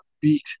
beat